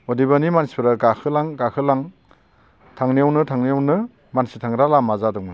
अदेबानि मानसिफोरा गाखोलां गाखोलां थांनायावनो थांनायावनो मानसि थांग्रा लामा जादोंमोन